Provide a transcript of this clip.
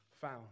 found